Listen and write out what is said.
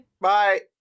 Bye